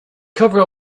cover